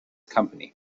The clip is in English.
company